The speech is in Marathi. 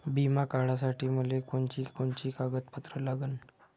बिमा काढासाठी मले कोनची कोनची कागदपत्र लागन?